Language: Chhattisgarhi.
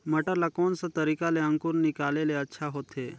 मटर ला कोन सा तरीका ले अंकुर निकाले ले अच्छा होथे?